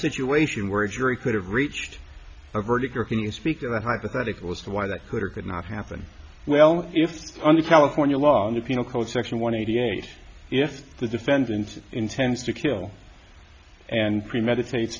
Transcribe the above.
situation where a jury could have reached a verdict or can you speak in the hypothetical as to why that could or could not happen well if on the california law in the penal code section one eighty eight if the defendant intends to kill and premeditated